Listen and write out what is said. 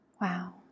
Wow